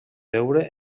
veure